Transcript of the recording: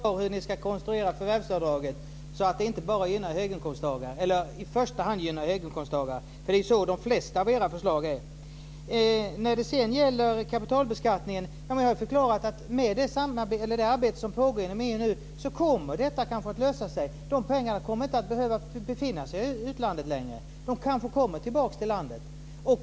Fru talman! Jag fick inget svar på frågan hur ni ska konstruera förvärvsavdraget så att det inte i första hand gynnar höginkomsttagare. Det är ju så de flesta av era förslag är. När det sedan gäller kapitalbeskattningen har jag förklarat att med det arbete som pågår inom EU nu kommer detta kanske att lösa sig. De pengarna kommer inte att behöva befinna sig i utlandet längre, utan de kanske kommer tillbaka till landet.